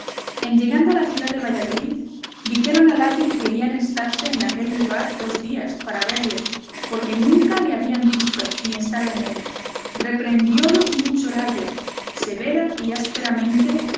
en llegando a la ciudad de valladolid dijeron al ayo que querían estarse en aquel lugar dos días para verle porque nunca le habían visto ni estado en él reprehendiólos mucho el ayo severa y